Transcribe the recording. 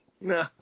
No